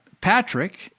Patrick